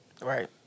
Right